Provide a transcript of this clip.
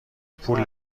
پول